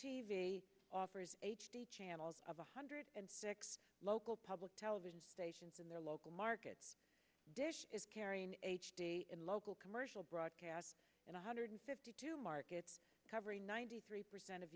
v offers h d channels of one hundred and six local public television stations in their local markets dish is carrying h d in local commercial broadcast and a hundred fifty two markets covering ninety three percent of